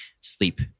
sleep